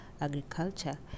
agriculture